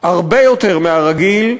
הרבה יותר מהרגיל,